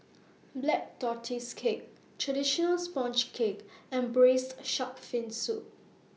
Black Tortoise Cake Traditional Sponge Cake and Braised Shark Fin Soup